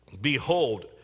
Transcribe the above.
behold